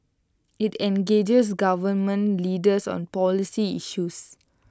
IT engages government leaders on policy issues